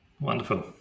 Wonderful